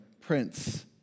Prince